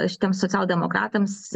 šitiems socialdemokratams